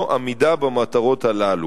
הינו עמידה במטרות הללו.